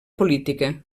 política